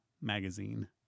Magazine